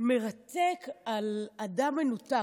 מרתק על אדם מנותק.